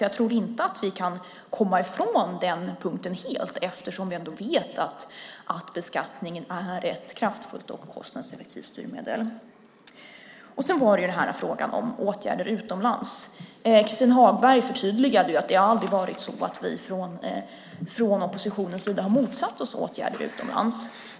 Jag tror inte att vi kan komma ifrån den punkten helt eftersom vi ändå vet att beskattning är ett kraftfullt och kostnadseffektivt styrmedel. Christin Hagberg förtydligade att vi från oppositionens sida aldrig har motsatt oss åtgärder utomlands.